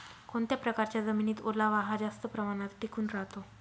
कोणत्या प्रकारच्या जमिनीत ओलावा हा जास्त प्रमाणात टिकून राहतो?